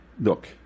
Look